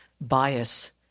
bias